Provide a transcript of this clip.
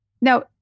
Now